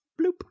Bloop